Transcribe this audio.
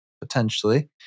Potentially